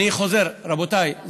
אני חוזר: רבותיי,